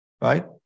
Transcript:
right